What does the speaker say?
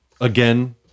Again